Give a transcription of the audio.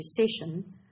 recession